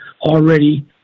already